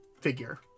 figure